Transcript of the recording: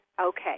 Okay